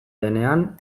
denean